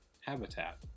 habitat